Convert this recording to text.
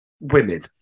women